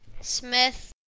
Smith